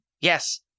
Yes